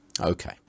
Okay